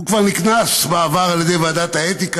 הוא כבר נקנס בעבר על ידי ועדת האתיקה